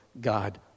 God